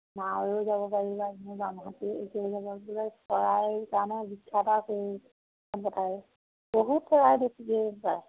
চৰাই কাৰণে বিখ্যাত আৰু সেইখন পথাৰেই বহুত চৰাই দেখিবলৈ পায়